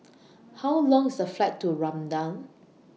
How Long IS The Flight to Rwanda